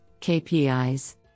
KPIs